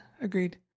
agreed